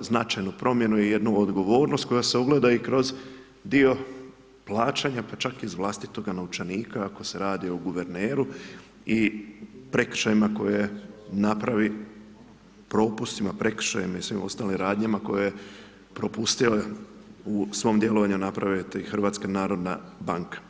značajnu promjenu i jednu odgovornost i koja se ugleda i kroz dio plaćanja pa čak iz vlastitoga novčanika ako se radi o guverneru i prekršajima koje napravi, propustima, prekršajima i svim ostalim radnjama koje je propustio u svom djelovanju napraviti HNB.